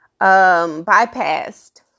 bypassed